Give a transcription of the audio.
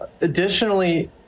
Additionally